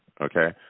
okay